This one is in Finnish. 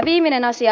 viimeinen asia